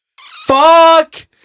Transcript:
fuck